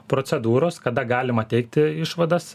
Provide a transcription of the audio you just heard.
procedūros kada galima teikti išvadas